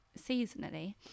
seasonally